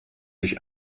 sich